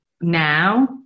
now